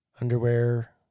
underwear